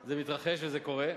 זה מתרחש וזה קורה,